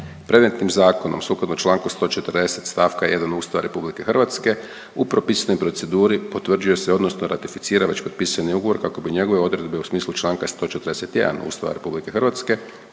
Predmetnim zakonom sukladno čl. 140. st. 1. Ustava RH u propisanoj proceduri potvrđuje se odnosno ratificira već potpisani ugovor kako bi njegove odredbe u smislu čl. 141. Ustava RH postali